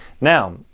Now